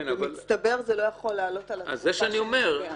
במצטבר זה לא יכול לעלות על התקופה שנקבעה.